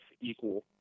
equal